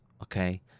okay